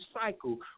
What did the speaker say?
cycle